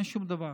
אין שום דבר.